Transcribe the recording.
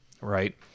right